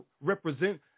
represent